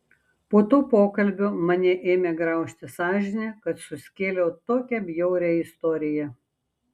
po to pokalbio mane ėmė graužti sąžinė kad suskėliau tokią bjaurią istoriją